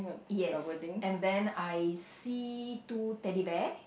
yes and then I see two Teddy Bear